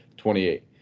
28